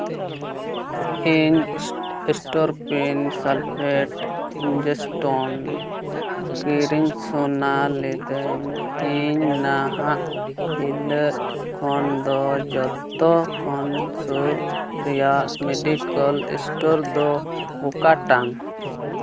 ᱤᱧ ᱮᱥᱴᱚᱨᱯᱤᱱ sulphate injection ᱠᱤᱨᱤᱧ ᱥᱚᱱᱟ ᱞᱮᱫᱟᱹᱧ ᱤᱧ ᱱᱟᱦᱟᱜ ᱦᱤᱞᱟᱹᱫ ᱠᱷᱚᱱ ᱫᱚ ᱡᱚᱛᱚ ᱠᱷᱚᱱ ᱥᱩᱨ ᱨᱮᱭᱟᱜ ᱢᱮᱹᱰᱤᱠᱮᱞ ᱥᱴᱳᱨ ᱫᱚ ᱚᱠᱟᱴᱟᱜ